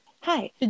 Hi